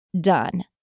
done